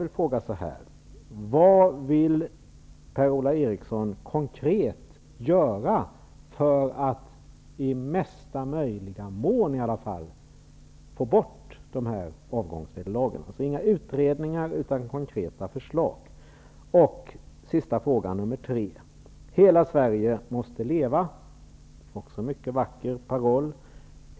Jag frågar då: Vad vill Per-Ola Eriksson konkret göra för att i möjligaste mån få bort avgångsvederlagen? -- Inga utredningar, alltså, utan konkreta förslag. Hela Sverige måste leva. Det är en mycket vacker paroll.